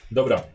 Dobra